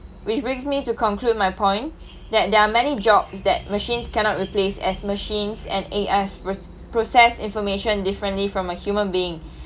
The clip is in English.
which brings me to conclude my point that there are many jobs that machines cannot replace as machines and A_Is pro~ process information differently from a human being